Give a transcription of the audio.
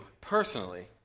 personally